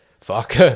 fuck